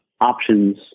options